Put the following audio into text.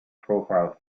profile